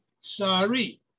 Sari